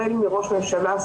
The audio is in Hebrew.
החל מראש ממשלה,